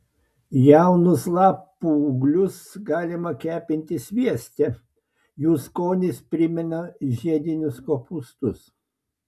jaunus lapų ūglius galima kepinti svieste jų skonis primena žiedinius kopūstus